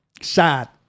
sad